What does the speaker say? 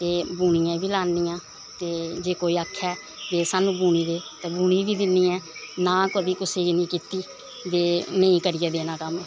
ते बुनियै बी लान्नी आं ते जे कोई आक्खै कि सानूं बुनी दे ते बुनी बी दिन्नी आं नां कदें कुसै गी निं कीती जे नेईं करियै देना कम्म